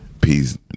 Peace